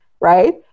Right